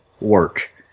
work